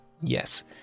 Yes